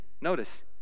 notice